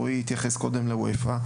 רועי התייחס, קודם, ל-UEFA.